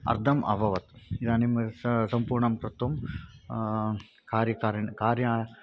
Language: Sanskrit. अर्धम् अभवत् इदानीं सम्पूर्णं कर्तुं कार्यकारिणं कार्यं